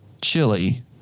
chili